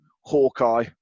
Hawkeye